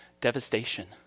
devastation